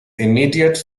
immediate